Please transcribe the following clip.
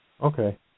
Okay